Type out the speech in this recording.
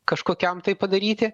kažkokiam tai padaryti